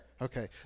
Okay